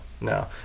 no